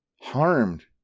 harmed